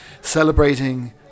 celebrating